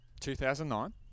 2009